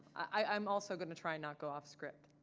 i'm also gonna try and not go off-script.